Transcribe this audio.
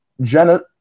Jenna